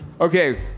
okay